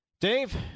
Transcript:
Dave